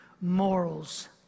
morals